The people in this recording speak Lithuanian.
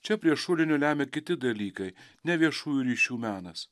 čia prie šulinio lemia kiti dalykai ne viešųjų ryšių menas